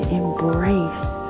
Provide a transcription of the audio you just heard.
embrace